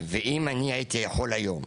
ואם אני הייתי יכול היום